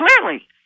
clearly